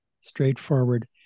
straightforward